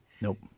Nope